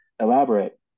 elaborate